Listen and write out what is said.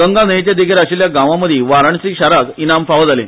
गंगा न्हयेचे देगेर आशिल्या गांवांमंदी वाराणसी शाराक इनाम फावो जाले